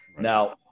Now